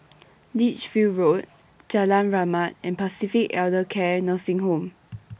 Lichfield Road Jalan Rahmat and Pacific Elder Care Nursing Home